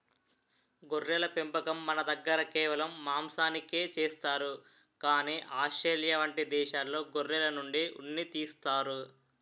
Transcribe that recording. గొర్రెల పెంపకం మనదగ్గర కేవలం మాంసానికే చేస్తారు కానీ ఆస్ట్రేలియా వంటి దేశాల్లో గొర్రెల నుండి ఉన్ని తీస్తారు